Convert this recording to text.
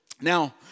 Now